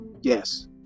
yes